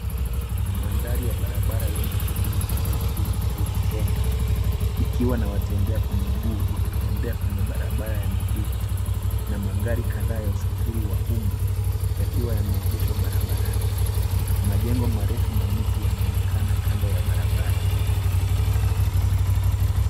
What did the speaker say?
Mandhari ya barabara yenye shughuli nyingi mjini Nairobi, Kenya ikiwa na watembea kwa miguu wakitembea kwenye barabara ya miguu, na magari kadhaa ya usafiri wa umma yakiwa yameegeshwa barabarani. Majengo marefu na miti yanaonekana kando ya barabara.